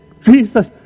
Jesus